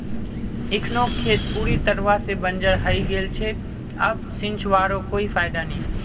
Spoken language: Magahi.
इखनोक खेत पूरी तरवा से बंजर हइ गेल छेक अब सींचवारो कोई फायदा नी